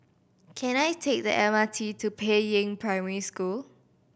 can I take the M R T to Peiying Primary School